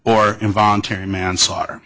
or involuntary manslaughter